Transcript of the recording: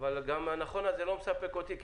אבל גם ה"נכון" הזה לא מספק אותי.